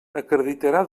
acreditarà